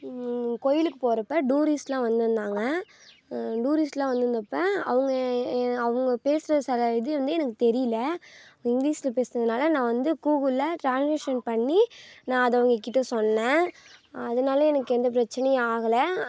கோவிலுக்கு போகிறப்ப டூரிஸ்ட்லாம் வந்துருந்தாங்க டூரிஸ்ட்லாம் வந்துருந்தப்ப அவங்க அவங்க பேசுகிற சில இது வந்து எனக்குத் தெரியல இங்கிலீஷில் பேசுகிறதுனால நான் வந்து கூகுளில் ட்ரான்லேஷன் பண்ணி நான் அதை அவங்கக்கிட்ட சொன்னேன் அதனால எனக்கு எந்த பிரச்சினையும் ஆகல